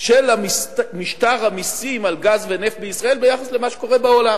של משטר המסים על גז ונפט בישראל ביחס למה שקורה בעולם.